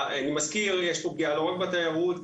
אני מזכיר שיש פה פגיעה לא רק בתיירות,